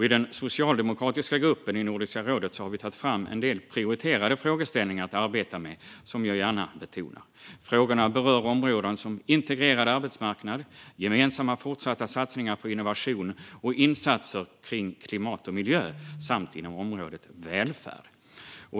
I den socialdemokratiska gruppen i Nordiska rådet har vi tagit fram en del prioriterade frågeställningar att arbeta med, som jag gärna betonar. Frågorna berör områden som integrerad arbetsmarknad, gemensamma fortsatta satsningar på innovation och insatser kring klimat och miljö samt inom området välfärd.